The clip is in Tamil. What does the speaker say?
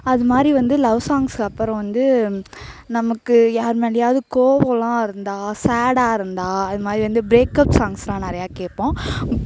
அதுமாதிரி வந்து லவ் சாங்க்ஸ் அப்புறம் வந்து நமக்கு யார்மேலேயாவது கோவம்லாம் இருந்தா ஸேடாக இருந்தால் அதுமாதிரி வந்து பிரேக்கப் சாங்க்ஸ் எல்லாம் நிறையா கேட்போம்